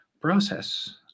process